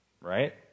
Right